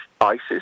ISIS